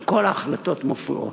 כל ההחלטות מופיעות.